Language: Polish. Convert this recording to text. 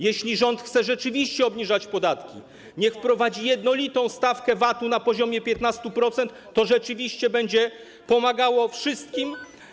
Jeśli rząd chce rzeczywiście obniżać podatki, niech wprowadzi jednolitą stawkę VAT-u na poziomie 15%, to rzeczywiście będzie pomagało wszystkim.